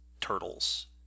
turtles